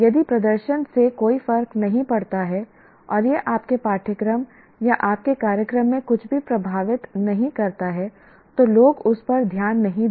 यदि प्रदर्शन से कोई फर्क नहीं पड़ता है और यह आपके पाठ्यक्रम या आपके कार्यक्रम में कुछ भी प्रभावित नहीं करता है तो लोग उस पर ध्यान नहीं देते हैं